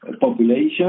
population